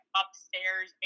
upstairs